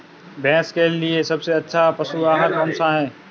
भैंस के लिए सबसे अच्छा पशु आहार कौनसा है?